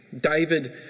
David